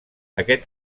aquest